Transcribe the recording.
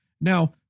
Now